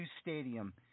Stadium